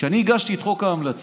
כשאני הגשתי את חוק ההמלצות,